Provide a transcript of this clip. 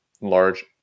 large